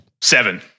Seven